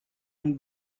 him